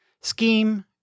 scheme